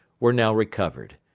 were now recovered.